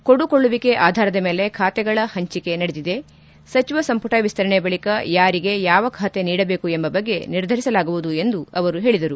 ಕೊಡುಕೊಳ್ಳುವಿಕೆ ಆಧಾರದ ಮೇಲೆ ಖಾತೆಗಳ ಹಂಚಿಕೆ ನಡೆದಿದೆ ಸಚಿವ ಸಂಪುಟ ವಿಸ್ತರಣೆ ಬಳಿಕ ಯಾರಿಗೆ ಯಾವ ಖಾತೆ ನೀಡಬೇಕು ಎಂಬ ಬಗ್ಗೆ ನಿರ್ಧರಿಸಲಾಗುವುದು ಎಂದು ಹೇಳಿದರು